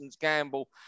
gamble